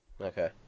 okay